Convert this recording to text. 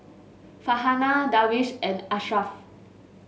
Farhanah Darwish and Ashraf